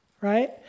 Right